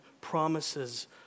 promises